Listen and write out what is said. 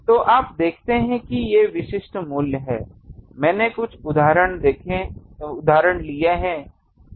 तो आप देखते हैं कि ये विशिष्ट मूल्य हैं मैंने कुछ उदाहरण लिए हैं